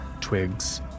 twigs